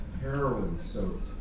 heroin-soaked